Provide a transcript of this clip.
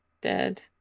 dead